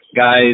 guys